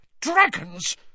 Dragons